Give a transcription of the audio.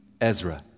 Ezra